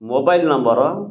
mobile number